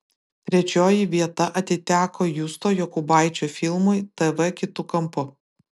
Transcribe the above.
trečioji vieta atiteko justo jokubaičio filmui tv kitu kampu